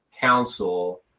council